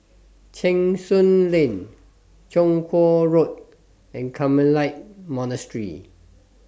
Cheng Soon Lane Chong Kuo Road and Carmelite Monastery